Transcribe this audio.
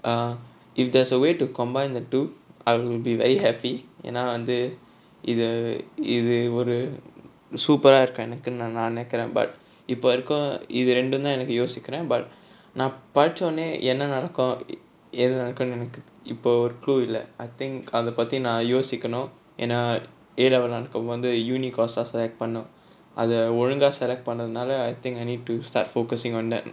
uh if there's a way to combine the two I will be very happy ஏன்னா வந்து இது இது ஒரு:yaennaa vanthu ithu ithu oru super ah இருக்கும் எனக்கு நா நினைக்கிறேன்:irukkum enakku naa ninaikkuraen but இப்பவரைக்கும் இது ரெண்டுந்தான் எனக்கு யோசிக்குறேன்:ippavaraikkum ithu rendunthaan enakku yosikkuraen but நான் படிச்ச ஒடனே என்ன நடக்கும் ஏது நடக்குனு எனக்கு இப்ப ஒரு:naan padicha odanae enna nadakkum ethu nadakkunnu enakku ippa oru clue இல்ல:illa I think அத பத்தி நான் யோசிக்கனும் ஏன்னா:atha pathi naan yosikkanum yaennaa A level இருக்கும்போது:irukkumpothu university course select பண்ணனும் அத ஒழுங்கா:pannanum atha olungaa select பண்ணதுனால:pannathunaala I think I need to start focusing on that